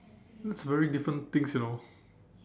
it's very different things you know